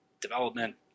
development